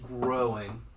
growing